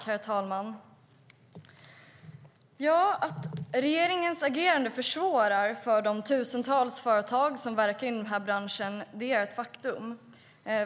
Herr talman! Att regeringens agerande försvårar för de tusentals företag som verkar i den här branschen är ett faktum.